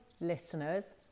listeners